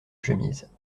chemise